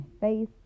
face